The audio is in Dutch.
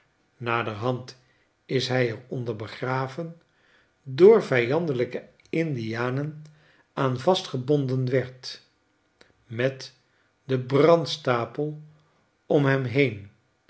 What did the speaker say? naderhand is hij eronder begraven door vyandelijke indianen aan vast gebonden werd met den brandstapel om hem heen